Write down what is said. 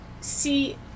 see